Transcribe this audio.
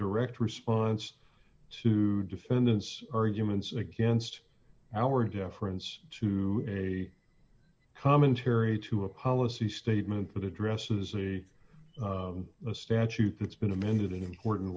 direct response to defendant's arguments against our deference to a commentary to a policy statement that addresses really the statute that's been amended in important